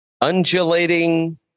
undulating